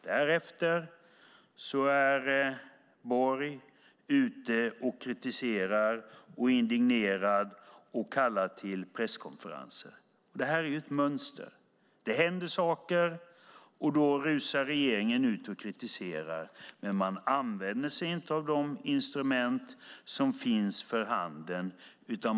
Därefter är Borg ute och kritiserar, är indignerad och kallar till presskonferenser. Det här är ett mönster. Det händer saker, och då rusar regeringen ut och kritiserar. Men man använder sig inte av de instrument som finns för handen.